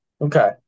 Okay